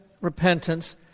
Repentance